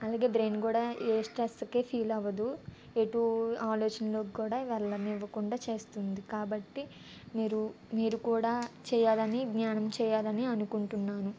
అలాగే బ్రైన్ కూడా ఏ స్ట్రెస్కి ఫీల్ అవ్వదు ఎటు ఆలోచనలకు కూడా వెళ్ళనివ్వకుండా చేస్తుంది కాబట్టి మీరు మీరు కూడా చేయాలని ధ్యానం చేయాలని అనుకుంటున్నాను